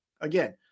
Again